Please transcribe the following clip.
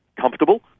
comfortable